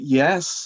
yes